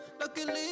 Luckily